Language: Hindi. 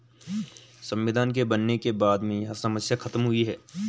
संविधान के बनने के बाद में यह समस्या खत्म हुई है